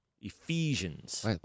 Ephesians